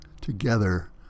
together